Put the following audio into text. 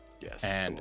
Yes